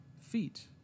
feet